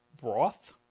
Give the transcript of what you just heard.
Broth